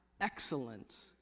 Excellent